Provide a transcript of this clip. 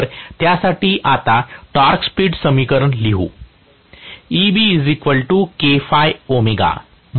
तर त्यासाठी आता टॉर्क स्पीड समीकरण लिहू